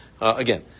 Again